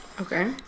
Okay